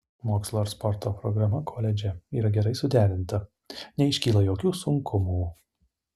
mokslo ir sporto programa koledže yra gerai suderinta neiškyla jokių sunkumų